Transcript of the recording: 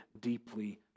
deeply